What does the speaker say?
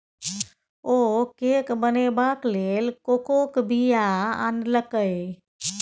ओ cake बनेबाक लेल कोकोक बीया आनलकै